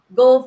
go